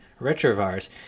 retrovirus